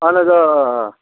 اَہَن حظ آ آ آ